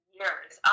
years